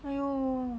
!aiyo!